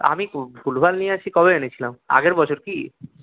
আমি ভুলভাল নিয়ে এসেছি কবে এনেছিলাম আগের বছর কি